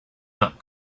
not